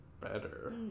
better